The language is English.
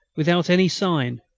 without any sign,